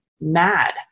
mad